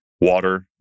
water